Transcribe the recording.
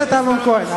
חבר הכנסת אמנון כהן,